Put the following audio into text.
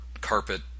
carpet